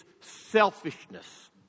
selfishness